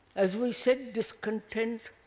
as we said, discontent